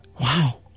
Wow